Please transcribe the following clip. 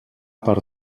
per